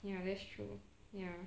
ya that's true ya